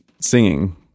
singing